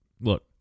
look